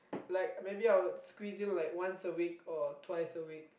like maybe I would squeeze in like once a week or twice a week